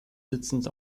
sitzend